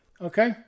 Okay